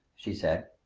she said.